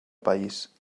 país